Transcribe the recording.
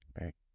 Right